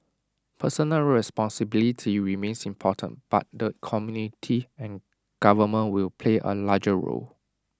personal responsibility remains important but the community and government will play A larger role